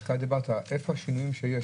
איפה השינויים שיש?